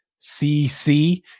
CC